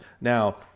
Now